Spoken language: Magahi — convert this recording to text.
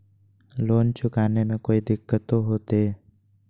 लोन चुकाने में कोई दिक्कतों होते?